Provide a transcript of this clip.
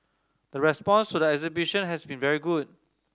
the response to the exhibition has been very good